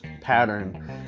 pattern